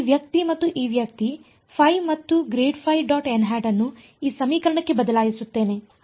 ನಾನು ಈ ವ್ಯಕ್ತಿ ಮತ್ತು ಈ ವ್ಯಕ್ತಿ ಮತ್ತು ಅನ್ನು ಈ ಸಮೀಕರಣಕ್ಕೆ ಬದಲಾಯಿಸುತ್ತೇನೆ